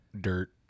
Dirt